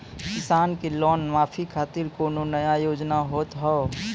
किसान के लोन माफी खातिर कोनो नया योजना होत हाव?